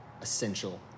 Essential